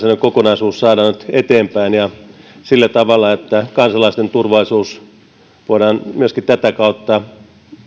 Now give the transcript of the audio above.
kokonaisuus saadaan nyt eteenpäin ja sillä tavalla että kansalaisten turvallisuus voidaan myöskin tätä kautta